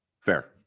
Fair